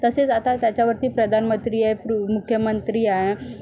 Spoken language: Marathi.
तसेच आता त्याच्यावरती प्रधानमंत्री आहे मुख्यमंत्री आहे